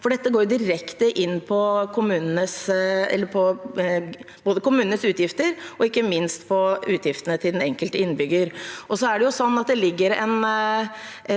Dette går direkte inn på både kommunenes utgifter og ikke minst på utgiftene til den enkelte innbygger.